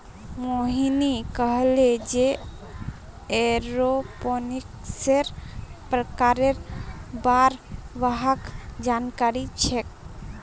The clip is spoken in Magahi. मोहिनी कहले जे एरोपोनिक्सेर प्रकारेर बार वहाक जानकारी छेक